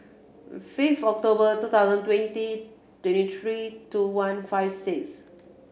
fifth October two thousand twenty twenty three two one five six